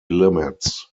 limits